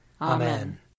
Amen